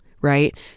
right